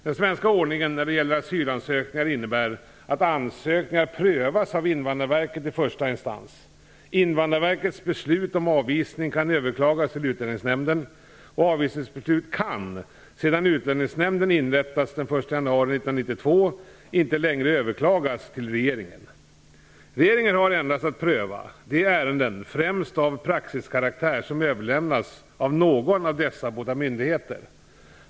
Den svenska ordningen när det gäller asylansökningar innebär att ansökningar prövas av Invandrarverket i första instans. Invandrarverkets beslut om avvisning kan överklagas till Utlänningsnämnden inrättades den 1 januari 1992, inte längre överklagas till regeringen. Regeringen har endast att pröva de ärenden, främst av praxiskaraktär, som överlämnas av någon av dessa båda myndigheter.